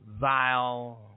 vile